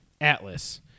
Atlas